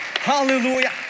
Hallelujah